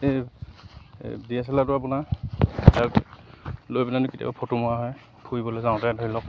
এই D S L আৰটো আপোনাৰ লৈ পেলাহেনি কেতিয়াবা ফটো মৰা হয় ফুৰিবলৈ যাওঁতে ধৰি লওক